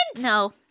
No